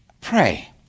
pray